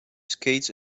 skates